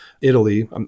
Italy